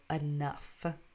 enough